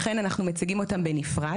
לכן אנחנו מציגים אותם בנפרד.